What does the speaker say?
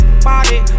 party